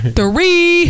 three